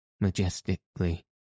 majestically